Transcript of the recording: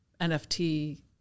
NFT